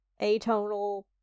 atonal